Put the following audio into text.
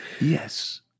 Yes